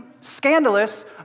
scandalous